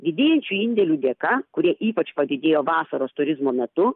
didėjančių indėlių dėka kurie ypač padidėjo vasaros turizmo metu